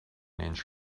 inch